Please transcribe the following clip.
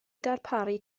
darparu